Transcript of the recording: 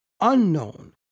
unknown